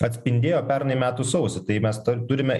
atspindėjo pernai metų sausį tai mes tą turime